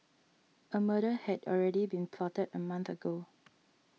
a murder had already been plotted a month ago